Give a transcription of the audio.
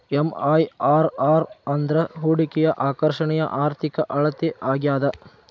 MIRR ಅಂದ್ರ ಹೂಡಿಕೆಯ ಆಕರ್ಷಣೆಯ ಆರ್ಥಿಕ ಅಳತೆ ಆಗ್ಯಾದ